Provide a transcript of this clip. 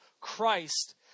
Christ